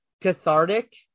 cathartic